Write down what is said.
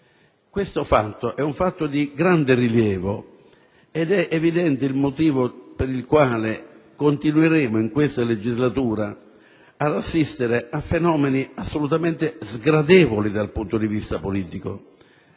Si tratta di un fatto di grande rilievo ed è evidente il motivo per il quale continueremo in questa legislatura ad assistere a fenomeni assolutamente sgradevoli dal punto di vista politico: